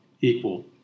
equal